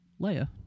Leia